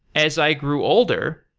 as i grew older,